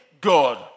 God